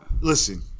Listen